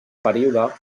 període